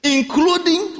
Including